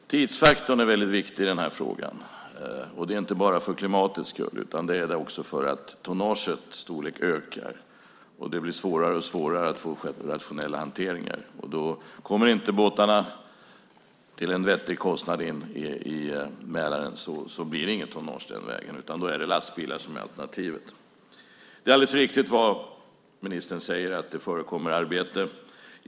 Herr talman! Tidsfaktorn är väldigt viktig i denna fråga. Det är inte bara för klimatets skull utan för att tonnagets storlek ökar och att det blir svårare och svårare att få en rationell hantering. Kommer båtarna inte in i Mälaren till en vettig kostnad blir det inget tonnage den vägen, utan då är det lastbilar som är alternativet. Det är alldeles riktigt som ministern säger att det pågår arbete.